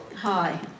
Hi